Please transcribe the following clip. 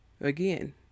again